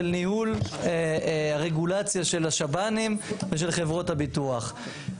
ניהול רגולציה של השב"נים ושל חברות הביטוח.